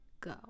go